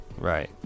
Right